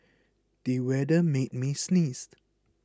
the weather made me sneeze